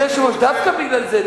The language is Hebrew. אדוני היושב-ראש, דווקא בגלל זה.